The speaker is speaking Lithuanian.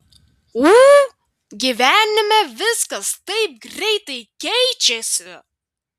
ū gyvenime viskas taip greitai keičiasi